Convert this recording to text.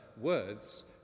words